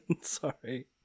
sorry